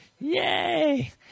Yay